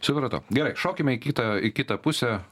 supratau gerai šokime į kitą į kitą pusę